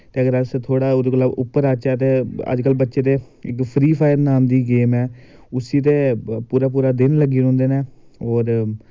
ते अस अगर थोह्ड़ा ओह्दे कोला उप्पर आचै ते अज कल बच्चे ते फ्री फायर नाम दी गेम ऐ उसी ते पूरा पूरा दिन लग्गे रौंह्दे नै और